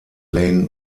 lane